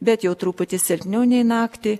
bet jau truputį silpniau nei naktį